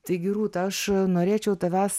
taigi rūta aš norėčiau tavęs